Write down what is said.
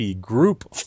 group